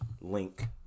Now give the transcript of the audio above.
link